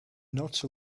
not